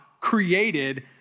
created